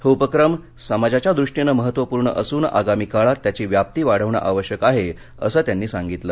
हे उपक्रम समाजाच्या दृष्टीनं महत्त्वपूर्ण असून आगामी काळात त्याची व्याप्ती वाढवण आवश्यक आहे असं त्यांनी सांगितलं